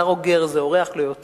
זר או גר/ זה אורח לא יותר'".